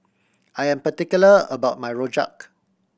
I am particular about my rojak